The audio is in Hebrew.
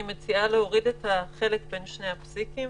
אני מציעה להוריד את החלק בין שני הפסיקים,